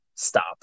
stop